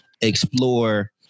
explore